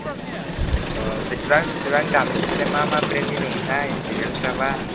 औ बेसेबां बेसेबां दामनि ओमफ्राय मा मा ब्रेन्दनि दङथाय सेन्देलफ्राबा